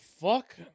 Fuck